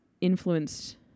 influenced